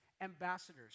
ambassadors